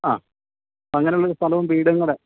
ആ അങ്ങനെയുള്ളൊരു സ്ഥലവും വീടും കൂടെ